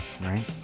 right